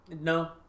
No